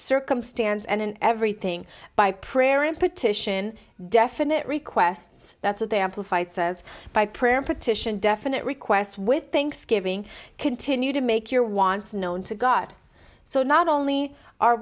circumstance and in everything by prayer and petition definite requests that's what they have to fight says by prayer petition definite request with thanksgiving continue to make your wants known to god so not only are